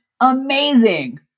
amazing